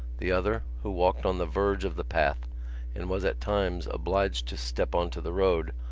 the other, who walked on the verge of the path and was at times obliged to step on to the road,